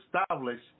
establish